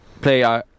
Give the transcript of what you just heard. play